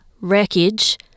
wreckage